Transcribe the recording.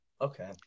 Okay